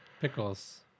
Pickles